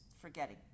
forgetting